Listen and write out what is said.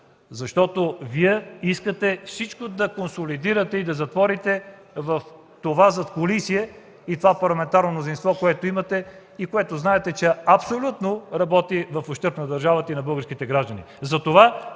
страната. Вие искате всичко да консолидирате и да затворите в това задкулисие и това парламентарно мнозинство, което имате и което знаете, че работи абсолютно в ущърб на държавата и българските граждани.